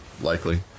likely